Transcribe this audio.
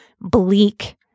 bleak